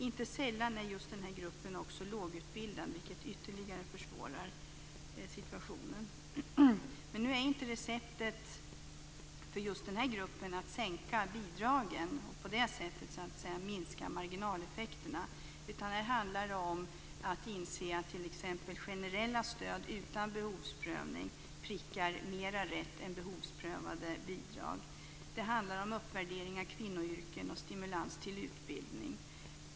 Inte sällan är just den här gruppen också lågutbildad, vilket ytterligare försvårar situationen. Nu är inte receptet att sänka bidragen och på olika sätt minska marginaleffekterna, utan det är att se till att generella stöd utan behovsprövning mer prickar rätt än behovsprövade bidrag. Det handlar om uppvärdering av kvinnoyrken och stimulans till utbildning.